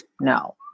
No